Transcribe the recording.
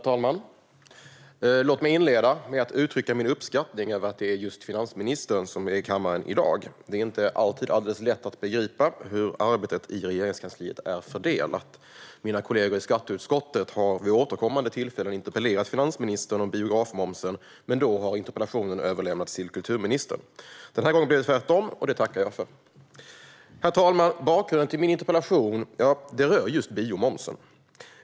Herr talman! Låt mig inleda med att uttrycka min uppskattning över att det är just finansministern som är i kammaren i dag. Det är inte alltid alldeles lätt att begripa hur arbetet i Regeringskansliet är fördelat. Mina kollegor i skatteutskottet har vid återkommande tillfällen interpellerat finansministern om biografmomsen, men då har interpellationen överlämnats till kulturministern. Den här gången blev det tvärtom, och det tackar jag för. Herr talman! Bakgrunden till min interpellation rör just biomomsen.